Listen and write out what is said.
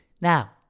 Now